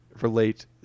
relate